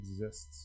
exists